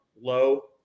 low